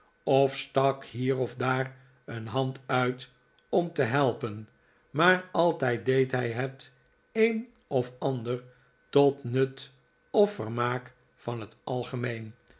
of stak hier of daar een hand uit om te helpen maar altijd deed hij het een of ander tot nut of vermaak van het